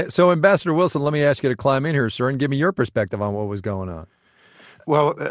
so, ambassador wilson, let me ask you to climb in here, sir, and give me your perspective on what was going on well,